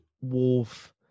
Wolf